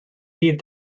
dydd